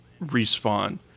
respawn